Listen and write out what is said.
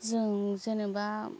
जों जेनोबा